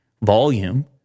volume